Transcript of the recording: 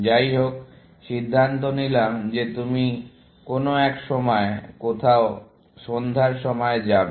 যাইহোক সিদ্ধান্ত নিলাম যে তুমি কোন এক সময় কোথাও সন্ধ্যার সময় যাবে